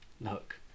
Look